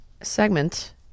segment